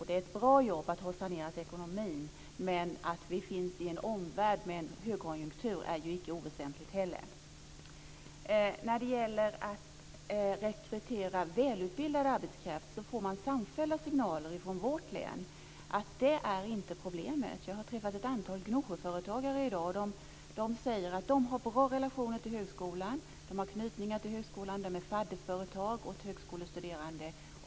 Det är bra jobbat att ha sanerat ekonomin, men att vi finns i en omvärld med en högkonjunktur är ju icke heller oväsentligt. När det gäller att rekrytera välutbildad arbetskraft får man samfällda signaler från vårt län. Det är inte problemet. Jag har träffat ett antal Gnosjöföretagare i dag, och de säger att de har bra relationer till högskolan. De har knytningar till högskolan. De är fadderföretag åt högskolestuderande.